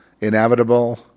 inevitable